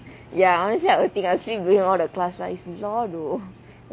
ya honestly I would think I will sleep during all the class but is law though